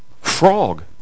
Frog